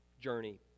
journey